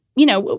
you know,